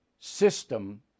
system